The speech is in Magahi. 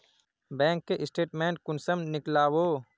बैंक के स्टेटमेंट कुंसम नीकलावो?